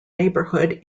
neighborhood